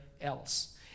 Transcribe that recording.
else